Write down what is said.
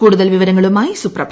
കൂടുതൽ വിവരങ്ങളുമായി സുപ്രഭ